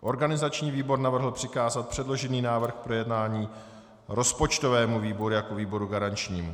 Organizační výbor navrhl přikázat předložený návrh k projednání rozpočtovému výboru jako výboru garančnímu.